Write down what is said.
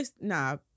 nah